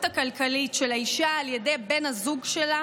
הכלכלית של האישה על ידי בן הזוג שלה